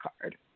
card